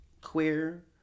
queer